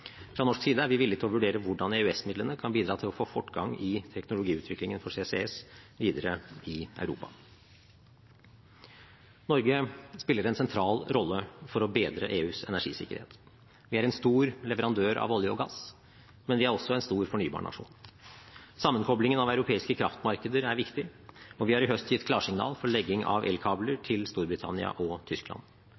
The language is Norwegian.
Fra norsk side er vi villige til å vurdere hvordan EØS-midlene kan bidra til å få fortgang i teknologiutviklingen for CCS videre i Europa. Norge spiller en sentral rolle for å bedre EUs energisikkerhet. Vi er en stor leverandør av olje og gass, men vi er også en stor fornybarnasjon. Sammenkoblingen av europeiske kraftmarkeder er viktig, og vi har i høst gitt klarsignal for legging av elkabler